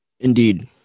Indeed